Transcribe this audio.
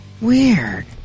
Weird